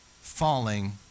falling